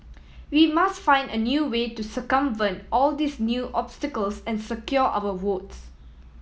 we must find a new way to circumvent all these new obstacles and secure our votes